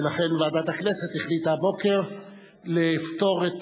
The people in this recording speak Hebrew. ולכן ועדת הכנסת החליטה הבוקר לפטור את